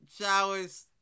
showers